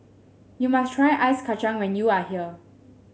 you must try Ice Kacang when you are here